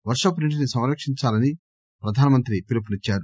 వర్షపు నీటిని సంరక్షించాలని ప్రధానమంత్రి పిలుపునిచ్చారు